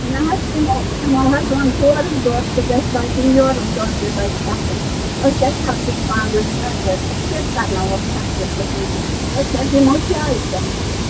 نہَ حظ یِمو حظ اوٚن ہورُکھ دوٚر تہِ گژھِ بچُن تہٕ یوٚرُک دوٚر تہِ گژھِ بچُن أسۍ حظ سَپدے پانہٕ وٲنۍ گرٕ وٲتِتھ أسۍ کیٛازِ کَرناوہکھ خرچہِ فضوٗلی أسۍ حظ یِمو چایہِ پٮ۪ٹھ